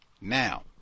Now